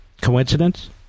Coincidence